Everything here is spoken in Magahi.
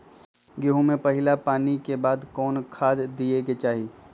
गेंहू में पहिला पानी के बाद कौन खाद दिया के चाही?